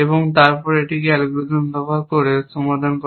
এবং তারপর এটিকে অ্যালগরিদম ব্যবহার করে সমাধান করা